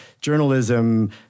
journalism